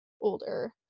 older